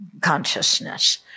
consciousness